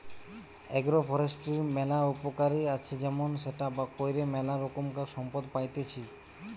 agro ফরেষ্ট্রীর ম্যালা উপকার আছে যেমন সেটা কইরে ম্যালা রোকমকার সম্পদ পাইতেছি